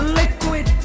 liquid